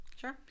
Sure